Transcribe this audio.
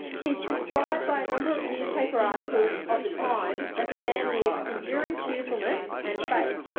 he's described by a number of newspapers articles of the times as a man with enduring cheerfulness and faith.